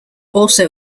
also